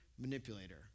manipulator